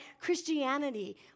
Christianity